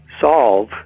solve